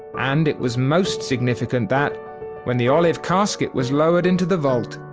and it was most significant, that when the olive casket was lowered into the vault,